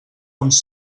uns